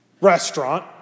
restaurant